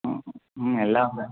ம் ம் எல்லாவுமே